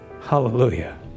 Hallelujah